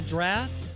Draft